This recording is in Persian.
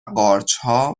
قارچها